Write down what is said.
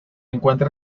encuentra